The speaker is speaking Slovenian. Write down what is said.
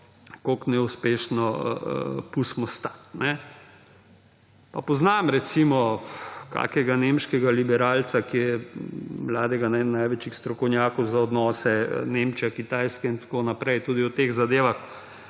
koliko neuspešno, pustimo stati. Pa poznam, recimo, kakega nemškega liberalca, mladega, ki je eden največjih strokovnjakov za odnose Nemčija–Kitajska in tako naprej. Tudi o teh zadevah